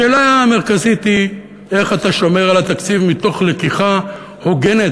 השאלה המרכזית היא איך אתה שומר על התקציב מתוך לקיחה הוגנת,